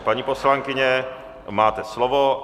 Paní poslankyně, máte slovo.